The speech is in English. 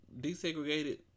desegregated